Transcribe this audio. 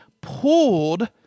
pulled